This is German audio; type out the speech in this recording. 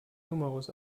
numerus